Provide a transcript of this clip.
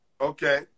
Okay